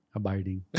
abiding